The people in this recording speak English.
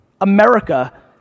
America